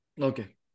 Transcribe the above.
Okay